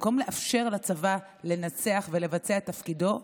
במקום לאפשר לצבא לנצח ולבצע את תפקידו,